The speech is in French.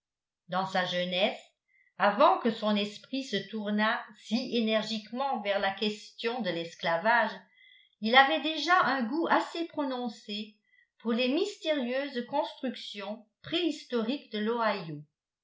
dans sa jeunesse avant que son esprit se tournât si énergiquement vers la question de l'esclavage il avait déjà un goût assez prononcé pour les mystérieuses constructions préhistoriques de